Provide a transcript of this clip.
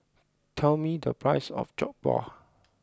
tell me the price of Jokbal